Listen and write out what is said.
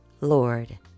Lord